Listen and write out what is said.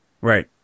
Right